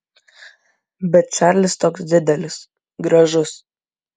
bet čarlis toks didelis gražus